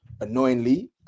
Annoyingly